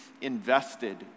invested